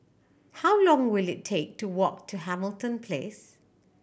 how long will it take to walk to Hamilton Place